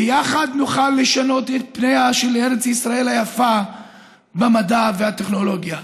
ביחד נוכל לשנות את פניה של ארץ ישראל היפה במדע והטכנולוגיה.